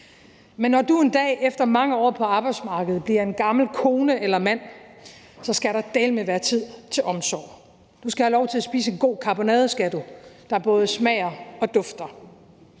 Men når du en dag efter mange år på arbejdsmarkedet bliver en gammel kone eller mand, skal der dæleme være tid til omsorg. Du skal have lov til at spise en god karbonade, der både smager og dufter,